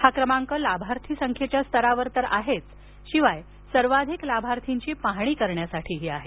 हा क्रमांक लाभार्थी संख्येच्या स्तरावर तर आहेच शिवाय सर्वाधिक लाभार्थ्यांची पाहणी करण्यासाठीही आहे